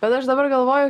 bet aš dabar galvoju